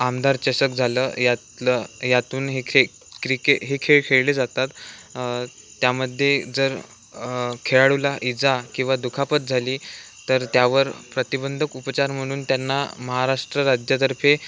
आमदार चषक झालं यातलं यातून हे खे क्रिके हे खेळ खेळले जातात त्यामध्ये जर खेळाडूला इजा किंवा दुखापत झाली तर त्यावर प्रतिबंधक उपचार म्हणून त्यांना महाराष्ट्र राज्यातर्फे